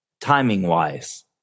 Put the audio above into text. Timing-wise